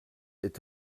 est